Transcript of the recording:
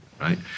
right